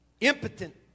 impotent